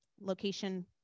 Location